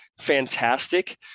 fantastic